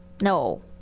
No